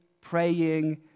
praying